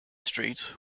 street